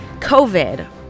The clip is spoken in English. covid